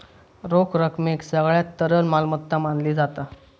रोख रकमेक सगळ्यात तरल मालमत्ता मानली जाता